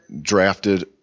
drafted